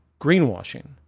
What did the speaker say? greenwashing